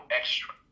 extra